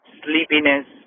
sleepiness